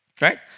Right